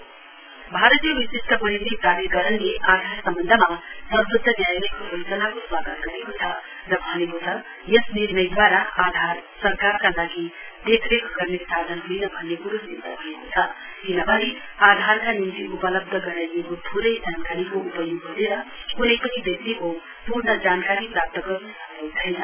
UIDAI भारतीय विशष्ट परिचय प्राधिकरणले आधार सम्वन्धमा सर्वोच्य न्यायालयको फैसलाको स्वागत गरेको छ र भनेको छ यस निर्णयद्वारा आधार सरकारका लागि देखरेख गर्ने साधन होइन भन्ने क्रो सिद्ध भएको छ किनभने आधारका निम्ति उपलब्ध गराइएको थोरै जानकारीको उपयोग गरेर क्नै पनि व्यक्तिको पूर्ण जानकारी प्राप्त गर्न् सम्भव छैन